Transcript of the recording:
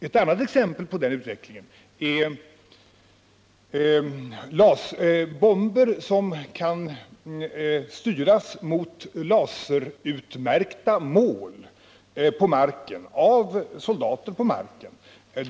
Ett annat exempel på utvecklingen är bomber som kan styras mot laserutmärkta mål av soldater på marken.